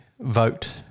vote